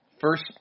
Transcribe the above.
first